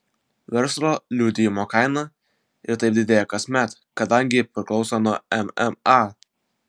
verslo liudijimo kaina ir taip didėja kasmet kadangi ji priklauso nuo mma